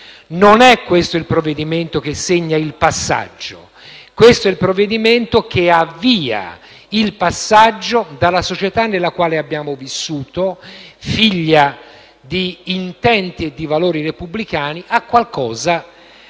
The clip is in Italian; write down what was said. Non è questo il provvedimento che segna il passaggio. Questo è il provvedimento che avvia il passaggio dalla società nella quale abbiamo vissuto, figlia di intenti e di valori repubblicani, a qualcosa che